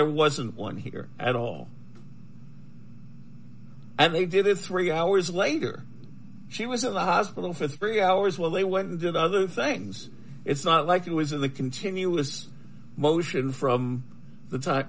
there wasn't one here at all and they did it three hours later she was in the hospital for three hours while they went and did other things it's not like it was in the continuous motion from the time